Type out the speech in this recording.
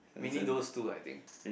mainly those two I think